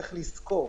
צריך לזכור,